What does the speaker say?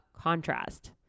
contrast